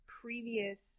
previous